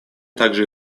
также